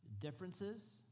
differences